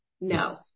no